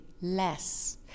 less